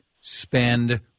spend